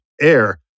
air